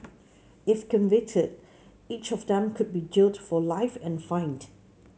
if convicted each of them could be jailed for life and fined